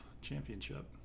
championship